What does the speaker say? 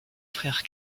frères